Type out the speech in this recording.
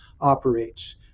operates